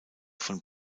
von